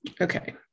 Okay